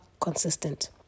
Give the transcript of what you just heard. consistent